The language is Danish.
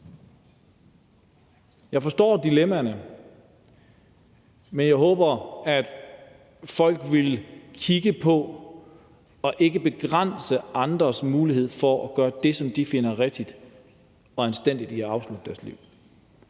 Jeg forstår dilemmaerne, men jeg håber, at folk vil kigge på og ikke begrænse andres mulighed for at gøre det, som de finder rigtigt og anstændigt i forhold til at afslutte deres liv,